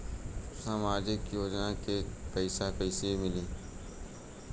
सामाजिक योजना के पैसा कइसे मिली?